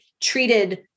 treated